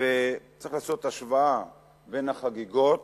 וצריך לעשות השוואה בין החגיגות